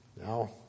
Now